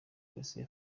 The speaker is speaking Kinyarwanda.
police